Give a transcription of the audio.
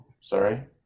sorry